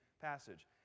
passage